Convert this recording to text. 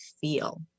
feel